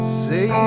say